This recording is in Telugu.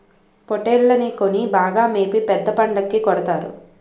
పోట్టేల్లని కొని బాగా మేపి పెద్ద పండక్కి కొడతారు